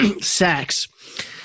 sex